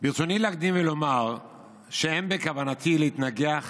ברצוני להקדים ולומר שאין בכוונתי להתנגח